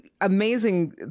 amazing